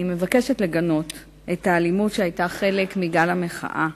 אני מבקשת לגנות את האלימות שהיתה חלק מגל המחאה.